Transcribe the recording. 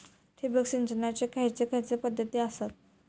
ठिबक सिंचनाचे खैयचे खैयचे पध्दती आसत?